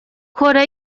کره